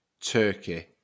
turkey